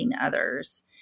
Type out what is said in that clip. others